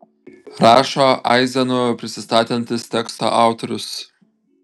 rašo aizenu prisistatantis teksto autorius